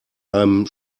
einem